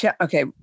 Okay